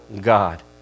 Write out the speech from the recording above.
God